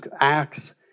Acts